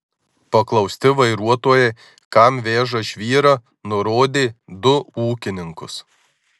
paklausti vairuotojai kam veža žvyrą nurodė du ūkininkus